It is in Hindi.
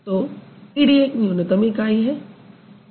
तो ईडी एक न्यूनतम इकाई है